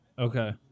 Okay